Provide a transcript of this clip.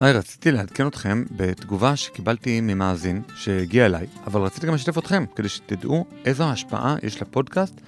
היי, רציתי לעדכן אתכם בתגובה שקיבלתי ממאזין שהגיע אליי, אבל רציתי גם לשתף אתכם כדי שתדעו איזה השפעה יש לפודקאסט